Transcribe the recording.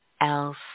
else